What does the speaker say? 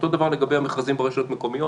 אותו דבר לגבי המכרזים ברשויות מקומיות.